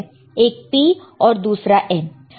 एक P है और दूसरा N है